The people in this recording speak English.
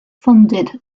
funded